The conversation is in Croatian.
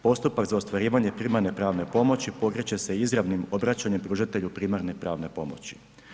Postupak za ostvarivanje primarne pravne pomoći pokreće se izravnim obraćanjem pružatelju primarne pravne pomoći.